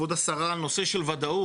כבוד השרה, על נושא של וודאות,